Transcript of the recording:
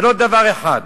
ולו דבר אחד?